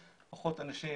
פחות אנשים